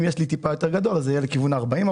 אם יש לי טיפה יותר גדול, זה יהיה לכיוון ה-40%.